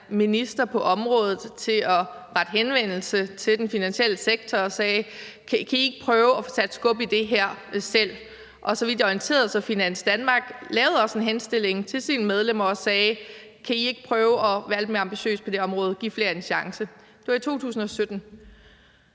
minister på området til at rette henvendelse til den finansielle sektor og sige: Kan I ikke prøve at få sat skub i det her selv? Så vidt jeg er orienteret, lavede Finans Danmark også en henstilling til sine medlemmer og sagde: Kan I ikke prøve at være lidt mere ambitiøse på det her område og give flere en chance? Det var i 2017.